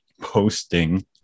posting